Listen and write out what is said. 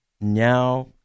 now